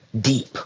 deep